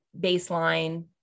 baseline